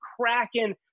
cracking